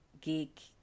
geek